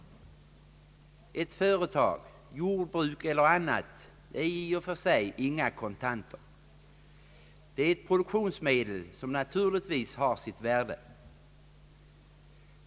Ett jordbruk eller annat företag är 1 och för sig inga kontanter, det är ett produktionsmedel, som naturligtvis har sitt värde.